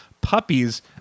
puppies